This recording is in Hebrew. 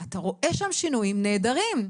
אתה רואה שם שינויים נהדרים,